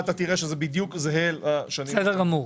אתה תראה שזה בדיוק זהה לשנים קודמות.